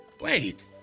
Wait